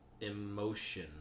emotion